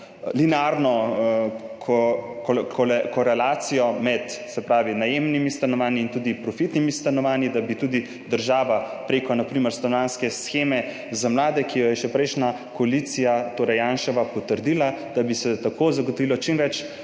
linearno korelacijo med najemnimi stanovanji in tudi profitnimi stanovanji, da bi država tudi prek, na primer, stanovanjske sheme za mlade, ki jo je potrdila še prejšnja koalicija, torej Janševa, da bi se tako zagotovilo čim več